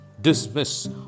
Dismiss